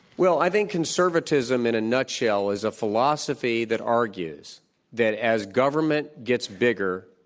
well, i think conservatism in a nutshell is a philosophy that argues that as government gets bigger,